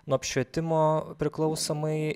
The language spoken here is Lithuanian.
nuo apšvietimo priklausomai